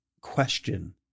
question